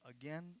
again